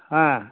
ஆ